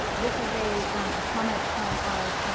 this is a comment from our